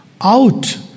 Out